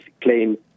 claim